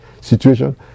situation